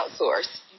outsource